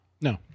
No